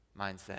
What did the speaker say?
mindset